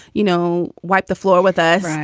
you know, wipe the floor with us.